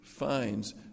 finds